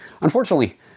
unfortunately